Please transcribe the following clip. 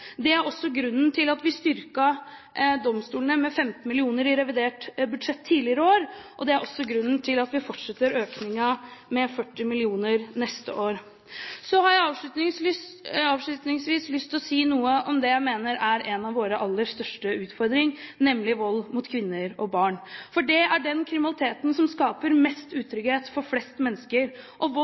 Det er grunnen til at vi styrket domstolene med 15 mill. kr i revidert budsjett tidligere i år. Det er også grunnen til at vi fortsetter økningen, med 40 mill. kr neste år. Så har jeg avslutningsvis lyst til å si noe om det jeg mener er en av våre aller største utfordringer, nemlig vold mot kvinner og barn. For det er den kriminaliteten som skaper mest utrygghet for flest mennesker. Vold